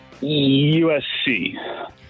USC